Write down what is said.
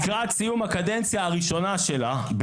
לקראת סיום הקדנציה הראשונה שלה,